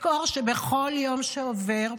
תזכור שבכל יום שעובר,